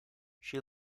she